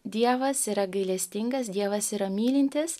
dievas yra gailestingas dievas yra mylintis